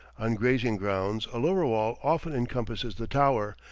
on grazing grounds a lower wall often encompasses the tower,